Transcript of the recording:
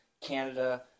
Canada